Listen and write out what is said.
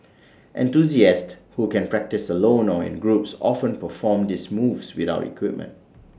enthusiasts who can practise alone or in groups often perform these moves without equipment